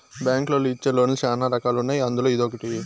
బ్యాంకులోళ్ళు ఇచ్చే లోన్ లు శ్యానా రకాలు ఉన్నాయి అందులో ఇదొకటి